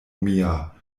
mia